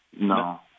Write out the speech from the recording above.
No